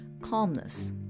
calmness